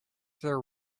their